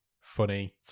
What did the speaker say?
funny